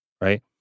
right